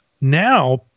now